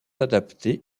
adaptés